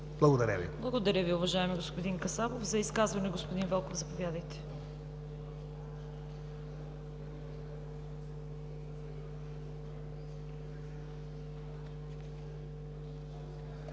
КАРАЯНЧЕВА: Благодаря Ви, уважаеми господин Касабов. За изказване – господин Велков, заповядайте.